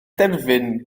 derfyn